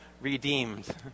redeemed